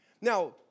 Now